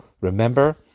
remember